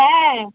হ্যাঁ